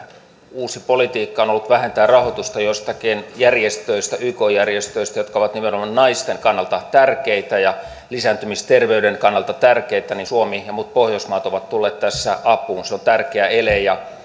uusi politiikka on ollut vähentää rahoitusta joistakin yk järjestöistä jotka ovat nimenomaan naisten kannalta tärkeitä ja lisääntymisterveyden kannalta tärkeitä niin suomi ja muut pohjoismaat ovat tulleet tässä apuun se on tärkeä ele ja